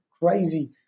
crazy